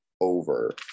over